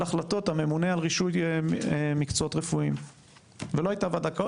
על החלטות הממונה על רישוי מקצועות רפואיים ולא הייתה וועדה כזאת,